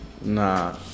nah